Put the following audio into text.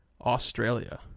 Australia